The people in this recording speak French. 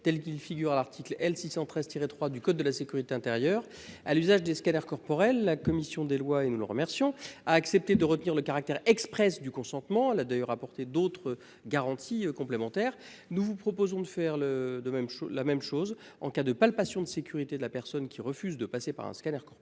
figurent à l'article L. 613 tiré 3 du code de la sécurité intérieure à l'usage des scanners corporels. La commission des lois et nous le remercions a accepté de retenir le caractère Express du consentement là d'ailleurs apporté d'autres garanties complémentaires. Nous vous proposons de faire le. De même, la même chose en cas de palpations de sécurité de la personne qui refuse de passer par un scanners corporels